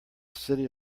city